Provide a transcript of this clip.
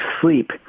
sleep